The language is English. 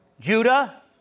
Judah